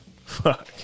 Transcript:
Fuck